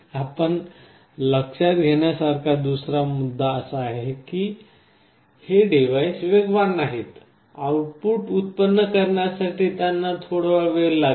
आपण लक्षात घेण्या सारखा दुसरा मुद्दा असा आहे की हे डिव्हाइस वेगवान नाहीत आउटपुट उत्पन्न करण्यासाठी त्यांना थोडा वेळ लागेल